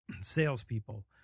salespeople